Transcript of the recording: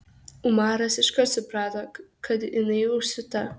umaras iškart suprato kad jinai užsiūta